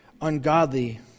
ungodly